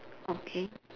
okay